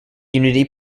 unity